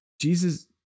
Jesus